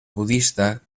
budista